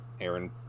aaron